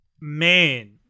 Man